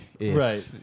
Right